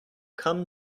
come